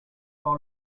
par